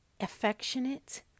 affectionate